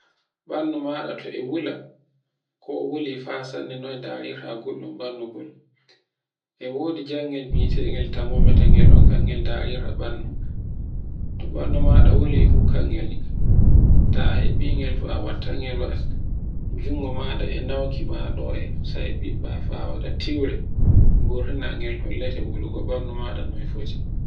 ɓandu maɗa to e wulo, ko wuli fa sanne noy ndarirta gulɗum kol. E wodi jangel bi'etegal thermometre ngel ɗon kan gel darirta ɓandu. To ɓandu maɗa wuli fu kangel, ta heɓi ngel, a watta gel jungo maɗa e nauki maɗa sai ɓiɓɓa fa waɗa tiwre, ɓurtina ngel hollete noy wulugonandu maɗa fotete.